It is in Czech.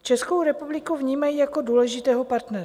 Českou republiku vnímají jako důležitého partnera.